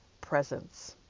presence